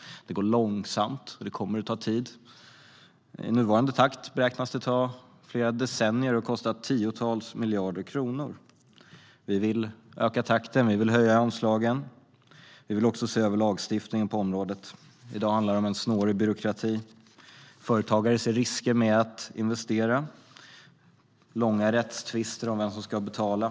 Det går långsamt, och det kommer att ta tid. I nuvarande takt beräknas det ta flera decennier och kosta tiotals miljarder kronor. Vi vill öka takten och höja anslagen. Vi vill också se över lagstiftningen på området. Det handlar om en snårig byråkrati där företagare ser risker med att investera, och det blir rättstvister om vem som ska betala.